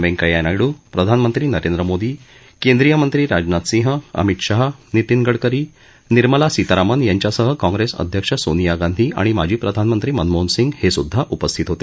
व्यंकय्या नायडू प्रधानमंत्री नरेंद्र मोदी केंद्रीय मंत्री राजनाथ सिंह अमित शाह नितिन गडकरी निर्मला सीतारामन यांच्यासह काँग्रेस अध्यक्ष सोनिया गांधी आणि माजी प्रधानमंत्री मनमोहन सिंग हे सुद्धा उपस्थित होते